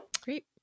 Great